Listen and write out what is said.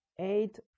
eight